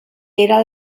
era